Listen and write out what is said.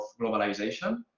globalization